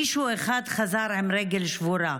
מישהו אחד חזר עם רגל שבורה.